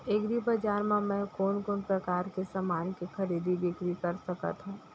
एग्रीबजार मा मैं कोन कोन परकार के समान के खरीदी बिक्री कर सकत हव?